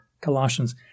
Colossians